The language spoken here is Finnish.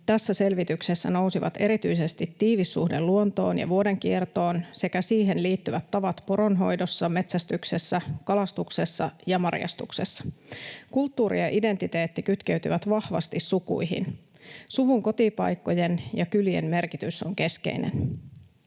tässä selvityksessä nousivat erityisesti tiivis suhde luontoon ja vuodenkiertoon sekä siihen liittyvät tavat poronhoidossa, metsästyksessä, kalastuksessa ja marjastuksessa. Kulttuuri ja identiteetti kytkeytyvät vahvasti sukuihin. Suvun kotipaikkojen ja kylien merkitys on keskeinen.”